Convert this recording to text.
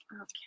Okay